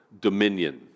dominion